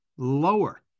lower